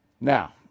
Now